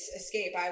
escape